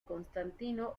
constantino